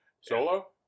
Solo